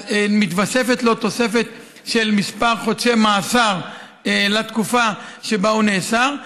מתווספת לו תוספת של כמה חודשי מאסר לתקופה שבה הוא נאסר,